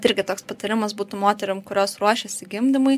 tai irgi toks patarimas būtų moterim kurios ruošiasi gimdymui